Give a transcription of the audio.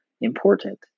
important